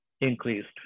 increased